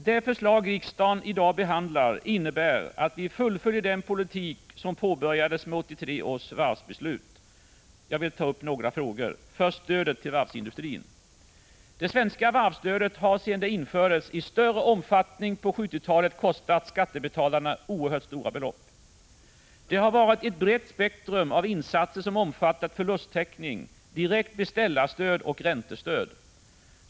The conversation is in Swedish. Det förslag som riksdagen i dag behandlar innebär att vi fullföljer den politik som påbörjades i och med 1983 års varvsbeslut. Jag vill ta upp några frågor. Först något om stödet till varvsindustrin. Det svenska varvsstödet har sedan det i större omfattning infördes på 1970-talet kostat skattebetalarna oerhört stora belopp. Det har varit ett brett spektrum av insatser som omfattat förlustteckning, direkt beställarstöd och räntestöd.